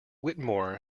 whittemore